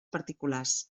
particulars